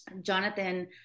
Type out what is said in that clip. Jonathan